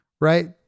right